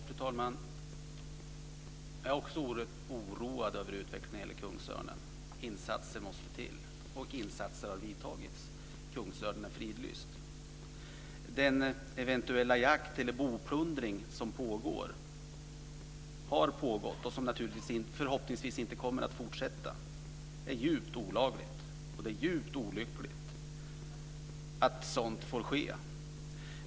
Fru talman! Jag är också oerhört oroad över utvecklingen när det gäller kungsörnen. Insatser måste till, och insatser har vidtagits. Kungsörnen är fridlyst. Den eventuella jakt eller boplundring som pågår, som har pågått och som förhoppningsvis inte kommer att fortsätta är olaglig. Det är djupt olyckligt att sådant får ske.